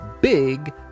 big